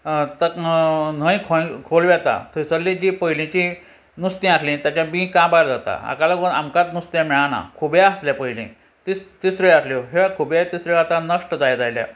त न्हंय खोल वेता थंयसरली जीं पयलींची नुस्तीं आसलीं ताच्या बीं काबार जाता हाका लागून आमकांच नुस्तें मेळना खुबे आसले पयलीं तिसऱ्यो आसल्यो ह्यो खुबे तिसऱ्यो आतां नश्ट जायत आयल्या